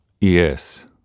Yes